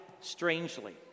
strangely